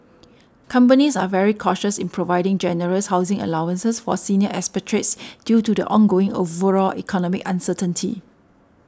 companies are very cautious in providing generous housing allowances for senior expatriates due to the ongoing overall economic uncertainty